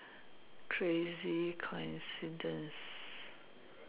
crazy coincidence